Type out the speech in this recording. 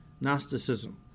Gnosticism